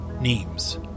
names